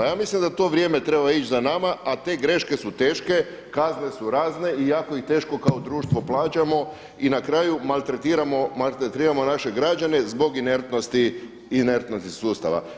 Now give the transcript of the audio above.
Ja mislim da to vrijeme treba ići za nama, a te greške su teške, kazne su razne i jako ih teško kao društvo plaćamo i na kraju maltretiramo naše građane zbog inertnosti sustava.